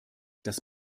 das